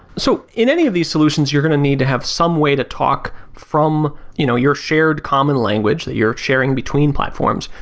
so in any of these solutions, you're going to need to have some way to talk from you know your shared common language that you're sharing between platforms,